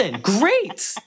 great